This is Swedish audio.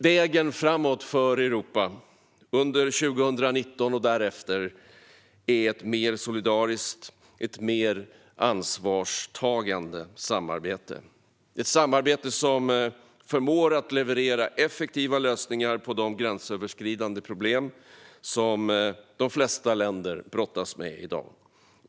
Vägen framåt för Europa under 2019 och därefter är ett mer solidariskt och ett mer ansvarstagande samarbete. Det är ett samarbete som förmår att leverera effektiva lösningar på de gränsöverskridande problem som de flesta länder brottas med i dag.